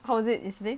how is it yesterday